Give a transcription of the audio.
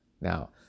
Now